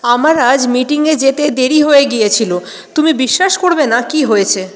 আমার আজ মিটিংয়ে যেতে দেরি হয়ে গিয়েছিল তুমি বিশ্বাস করবে না কী হয়েছে